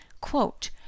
quote